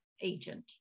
agent